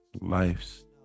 life's